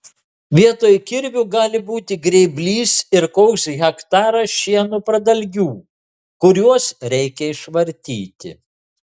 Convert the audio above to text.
vietoj kirvio gali būti grėblys ir koks hektaras šieno pradalgių kuriuos reikia išvartyti